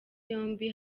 yombi